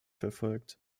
verfolgt